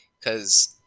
cause